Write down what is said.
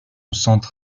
centre